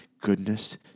goodness